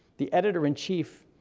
the editor in chief,